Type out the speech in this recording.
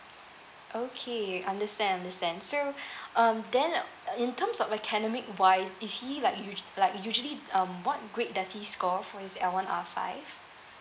okay understand understand so um then uh in terms of academic wise is he like us~ like usually um what grade does he score for his L one R five